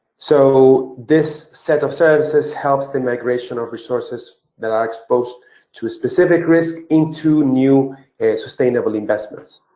so this set of services helps the migration of resources that are exposed to a specific risk into new sustainable investments.